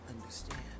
understand